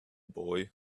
boy